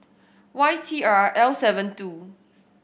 Y T R L seven two